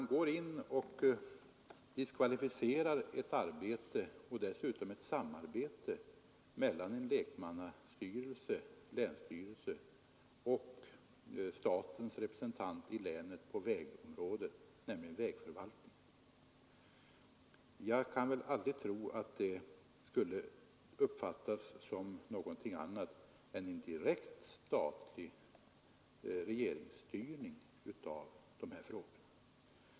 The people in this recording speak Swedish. Jo, Kungl. Maj:t diskvalificerar ett samarbete mellan en lekmannastyrelse — länsstyrelsen — och statens representant i länet på vägområdet, nämligen vägförvaltningen. Jag kan aldrig tro att det skulle uppfattas som något annat än en direkt regeringsstyrning av de här frågorna.